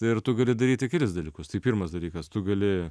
tai ir tu gali daryti kelis dalykus tai pirmas dalykas tu gali